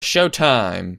showtime